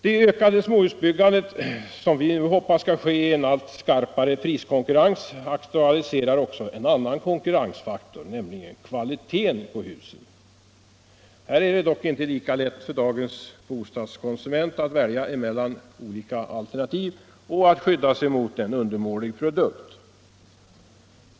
Det ökade småhusbyggandet, som vi nu hoppas skall ske i allt skarpare priskonkurrens, aktualiserar också en annan konkurrensfaktor, nämligen kvaliteten på husen. Här är det dock inte lika lätt för dagens bostadskonsument att välja mellan olika alternativ och att skydda sig mot en un dermålig produkt.